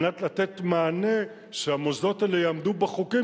כדי לתת מענה שהמוסדות האלה יעמדו בחוקים